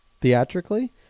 theatrically